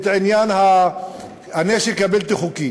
על העניין של הנשק הבלתי-חוקי.